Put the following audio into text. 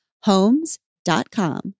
Homes.com